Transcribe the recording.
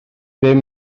bum